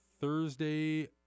Thursday